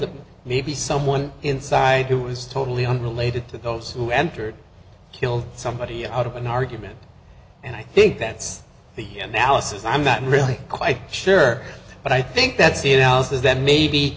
that maybe someone inside it was totally unrelated to those who entered killed somebody out of an argument and i think that's the analysis i'm not really quite sure but i think that's you know is the that maybe